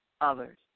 others